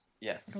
yes